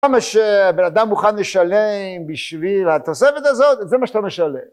כמה שבן אדם מוכן לשלם בשביל התוספת הזאת זה מה שאתה משלם